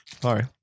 Sorry